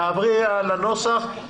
תעברי על הנוסח.